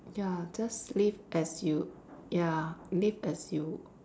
ya just live as you ya live as you